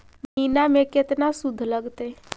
महिना में केतना शुद्ध लगतै?